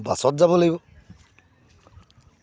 বাছত যাব লাগিব